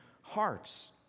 hearts